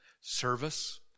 service